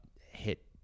hit